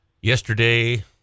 Yesterday